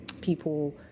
people